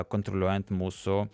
kontroliuojant mūsų